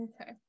Okay